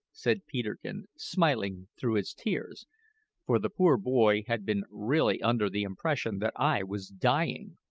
said peterkin, smiling through his tears for the poor boy had been really under the impression that i was dying.